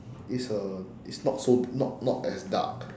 it's a it's not so not not as dark